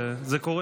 זה קורה.